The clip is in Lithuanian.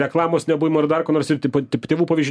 reklamos nebuvimo ar dar ko nors ir tipo tėvų pavyzdžių